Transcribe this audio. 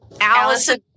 Allison